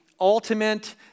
ultimate